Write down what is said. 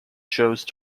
chose